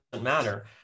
matter